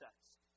sets